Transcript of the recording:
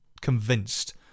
convinced